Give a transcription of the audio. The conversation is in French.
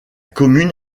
commune